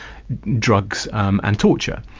drugs um and torture.